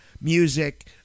music